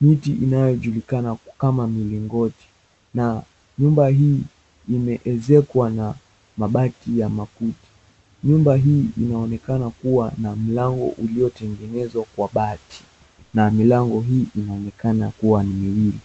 miti inayojulikana kama milingoti na nyumba hii imeezekwa na mabati ya makuti. Nyumba hii inaonekana kuwa na mlango uliotengenezwa kwa bati na milango hii inaonekana kuwa ni miwili.